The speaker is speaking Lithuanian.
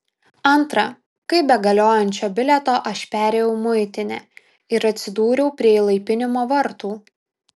antra kaip be galiojančio bilieto aš perėjau muitinę ir atsidūriau prie įlaipinimo vartų